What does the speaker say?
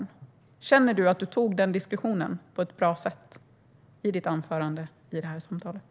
Känner de att du tog den diskussionen på ett bra sätt i ditt anförande och i det här samtalet?